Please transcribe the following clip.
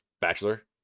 Bachelor